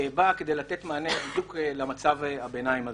באה לתת מענה בדיוק למצב הביניים הזה.